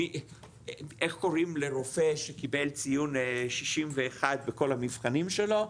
איך קוראים לרופא שקיבל ציון 61 בכל המבחנים שלו?